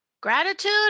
Gratitude